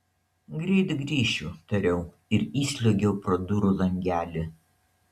greit grįšiu tariau ir įsliuogiau pro durų langelį